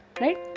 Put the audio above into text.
right